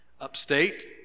Upstate